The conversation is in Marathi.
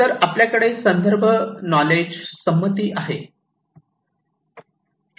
तर आपल्याकडे हा संदर्भ नॉलेज संमती आहे